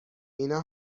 اینا